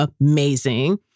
amazing